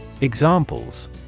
Examples